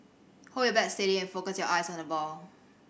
hold your bat steady and focus your eyes on the ball